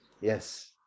yes